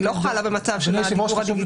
היא לא חלה במצב של הדיוור הדיגיטלי.